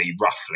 roughly